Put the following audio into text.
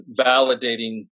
validating